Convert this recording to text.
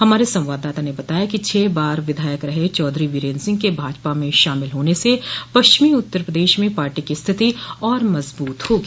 हमारे संवाददाता ने बताया कि छः बार विधायक रहे चौधरी वीरेन्द्र सिंह के भाजपा में शामिल होने से पश्चिमी उत्तर प्रदेश में पार्टी की स्थिति और मजबूत होगी